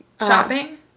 shopping